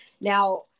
Now